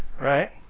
right